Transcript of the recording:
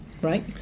Right